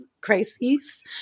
crises